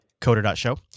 Coder.show